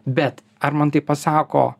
bet ar man tai pasako